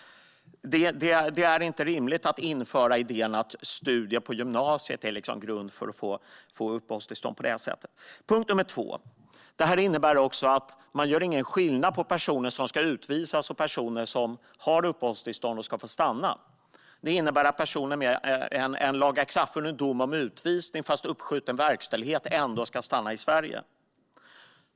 Det är inte rimligt att på det sättet införa idén att studier på gymnasiet är grund för att få uppehållstillstånd. Punkt två är att detta betyder att man inte gör någon skillnad på personer som ska utvisas och personer som har uppehållstillstånd och ska få stanna. Det innebär att personer som har fått en dom om utvisning som har vunnit laga kraft men vars verkställighet har skjutits upp ska få stanna i Sverige.